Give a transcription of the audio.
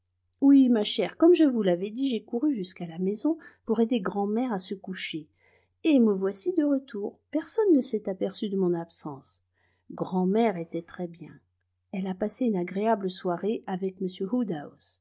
oui ma chère comme je vous l'avais dit j'ai couru jusqu'à la maison pour aider grand'mère à se coucher et me voici de retour personne ne s'est aperçu de mon absence grand'mère était très bien elle a passé une agréable soirée avec